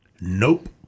Nope